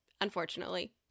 unfortunately